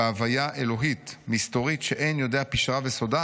בהוויה אלוהית 'מסתורית שאין יודע פשרה וסודה,